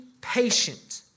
patient